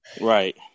right